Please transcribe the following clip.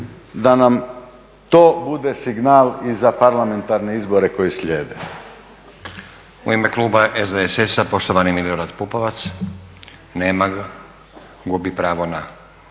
da nam to bude signal i za parlamentarne izbore koji slijede. **Stazić, Nenad (SDP)** U ime kluba SDSS-a poštovani Milorad Pupovac. Nema ga. Gubi pravo na